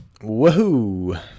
Woohoo